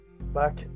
back